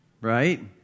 Right